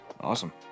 Awesome